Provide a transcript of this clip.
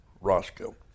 Roscoe